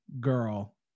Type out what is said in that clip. girl